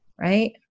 right